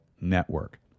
Network